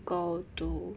go to